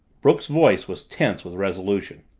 brooks's voice was tense with resolution.